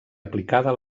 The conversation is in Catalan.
aplicada